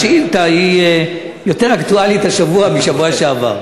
השאילתה יותר אקטואלית השבוע מבשבוע שעבר.